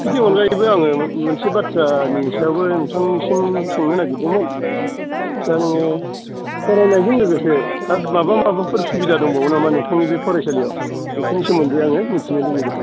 बिनि अनगायैबो आङो मोनसे बाथ्रानि सायावबो नोंथांनिसिम सोंनो नागेरदोंमोन दा नोङो फरायनायजों लोगोसे दा माबा माबाफोर सुबिदा दंबावो नामा नोंथांनि बे फरायसालियाव बेफोरनि सोमोन्दै आङो मोनथिनो लुबैदों